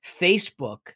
Facebook